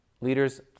leaders